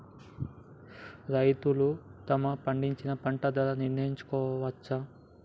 రైతులు తాము పండించిన పంట ధర నిర్ణయించుకోవచ్చా?